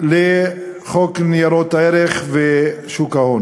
לחוק ניירות ערך ושוק ההון.